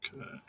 Okay